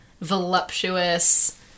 voluptuous